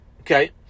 Okay